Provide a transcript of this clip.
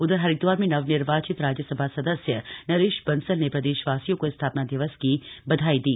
उधर हरिद्वार में नवनिर्वाचित राज्यसभा सदस्य नरेश बंसल ने प्रदेशवासियों को स्थापना दिवस की बधाई दी